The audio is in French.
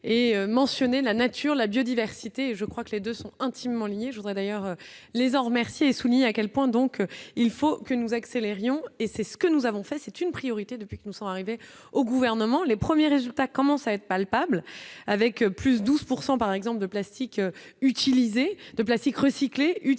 et mentionné la nature la biodiversité et je crois que les 2 sont intimement liés, je voudrais d'ailleurs. Les en remercier et souligne à quel point, donc il faut que nous accélérions et c'est ce que nous avons fait, c'est une priorité depuis que nous sommes arrivés au gouvernement, les premiers résultats commencent à être palpables, avec plus 12 pourcent